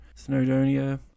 snowdonia